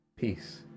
Peace